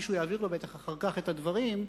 מישהו יעביר לו בטח אחר כך את הדברים,